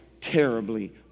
terribly